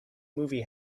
movie